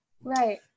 Right